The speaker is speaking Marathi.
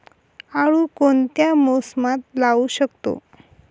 आळू कोणत्या मोसमात लावू शकतो?